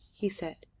he said.